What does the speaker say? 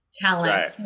talent